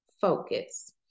focus